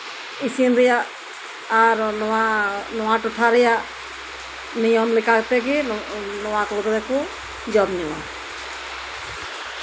ᱤᱥᱤᱱ ᱨᱮᱭᱟᱜ ᱟᱨ ᱱᱚᱣᱟ ᱴᱚᱴᱷᱟ ᱨᱮᱭᱟᱜ ᱱᱤᱭᱚᱢ ᱞᱮᱠᱟᱛᱮ ᱱᱚᱣᱟ ᱠᱚᱜᱮ ᱠᱚ ᱡᱚᱢ ᱧᱩᱭᱟ